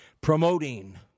Promoting